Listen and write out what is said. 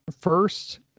first